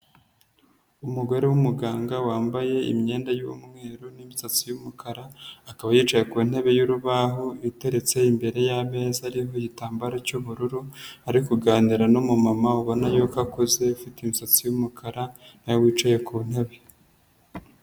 Umugore w'umuganga wambaye imyenda y'umweru n'imisatsi y'umukara akaba yicaye ku ntebe y'urubaho iteretse imbere y'ameza ariho igitambaro cy'ubururu ari kuganira n'umumama ubona yuko akuze, ufite imisatsi y'umukara na we wicaye ku ntebe.